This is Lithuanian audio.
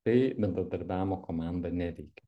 tai bendradarbiavimo komanda neveikia